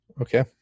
okay